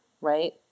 right